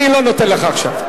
אני לא נותן לך עכשיו.